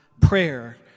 prayer